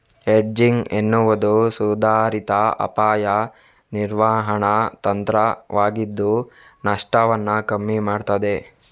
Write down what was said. hedging ಎನ್ನುವುದು ಸುಧಾರಿತ ಅಪಾಯ ನಿರ್ವಹಣಾ ತಂತ್ರವಾಗಿದ್ದು ನಷ್ಟವನ್ನ ಕಮ್ಮಿ ಮಾಡ್ತದೆ